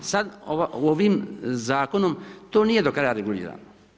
Sad ovim zakonom to nije do kraja regulirano.